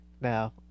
Now